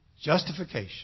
Justification